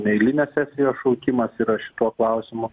neeilinės sesijos šaukimas yra šituo klausimu